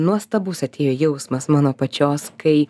nuostabus atėjo jausmas mano pačios kai